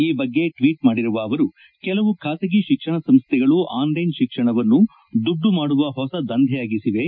ಈ ಬಗ್ಗೆ ಟ್ವೀಟ್ ಮಾಡಿರುವ ಅವರು ಕೆಲವು ಬಾಸಗಿ ತಿಕ್ಷಣ ಸಂಸ್ಥೆಗಳು ಆನ್ ಲೈನ್ ತಿಕ್ಷಣವನ್ನು ದುಡ್ಡು ಮಾಡುವ ಹೊಸ ದಂಧೆಯಾಗಿಸಿವೆ